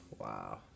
Wow